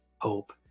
hope